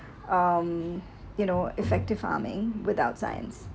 um you know effective farming without science